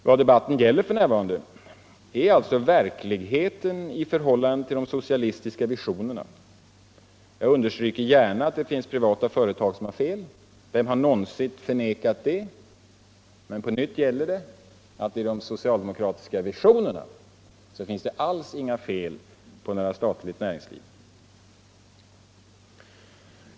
Vad debatten f. n. gäller är verkligheten i förhållande till de socialistiska visionerna. Jag understryker gärna att det finns privata företag som har fel. Vem har någonsin förnekat detta? Men på nytt gäller att det i de socialistiska visionerna inte alls finns några fel på statligt näringsliv.